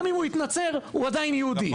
גם אם הוא התנצר הוא עדיין יהודי,